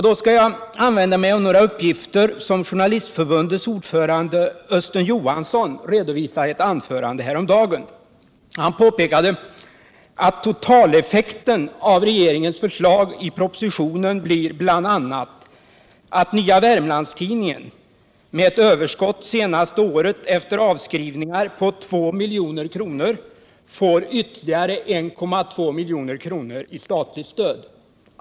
Då skall jag använda mig av några uppgifter som Journalistförbundets ordförande Östen Johansson redovisade häromdagen. Han påpekade att totaleffekten av regeringens förslag i propositionen bl.a. blir följande. Nya Wermlands-Tidningen med ett överskott det senaste året efter avskrivningar på 2 milj.kr. får ytterligare 1,2 milj.kr. i statligt stöd.